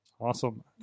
Awesome